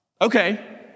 Okay